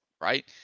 right